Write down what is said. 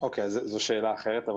זו שאלה אחרת.